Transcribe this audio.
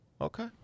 Okay